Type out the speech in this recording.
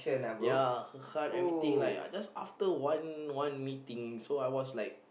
ya heart everything like I just after one one meeting so I was like